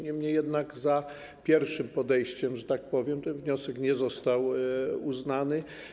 Niemniej jednak za pierwszym podejściem, że tak powiem, ten wniosek nie został uznany.